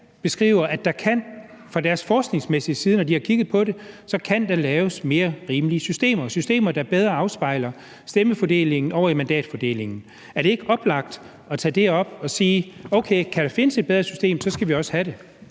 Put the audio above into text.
kigget på det fra deres forskningsmæssige side, så kan der laves mere rimelige systemer – systemer, der bedre afspejler stemmefordelingen i mandatfordelingen. Er det ikke oplagt at tage det op og sige: Kan der findes et bedre system, så skal vi også have det?